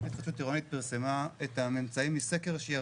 הרשות להתחדשות עירונית פרסמה את הממצאים מסקר שהיא